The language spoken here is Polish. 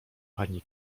pani